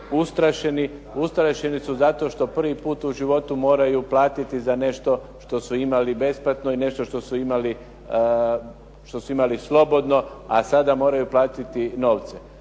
Ustrašeni su zato što prvi puta u životu moraju platiti za nešto što su imali besplatno i nešto što su imali slobodno, a sada moraju platiti novcem.